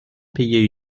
payer